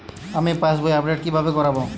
আমি পাসবই আপডেট কিভাবে করাব?